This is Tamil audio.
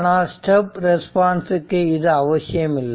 ஆனால் ஸ்டெப் ரெஸ்பான்ஸ்க்கு இது அவசியமில்லை